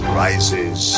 rises